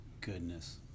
goodness